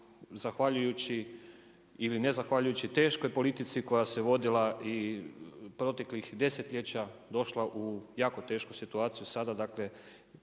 zahvaljujući ili nezahvaljujući teškoj politici koja se vodila i proteklih desetljeća došla u jako tešku situaciju, sada